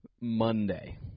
Monday